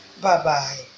Bye-bye